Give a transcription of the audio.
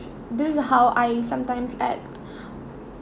this is how I sometimes act